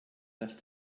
dass